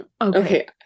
okay